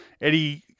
Eddie